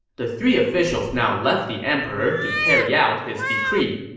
the three officials now left the emperor to carry out his decree.